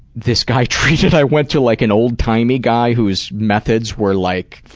this guy treated i went to like an old-timey guy whose methods were, like,